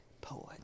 poet